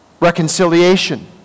reconciliation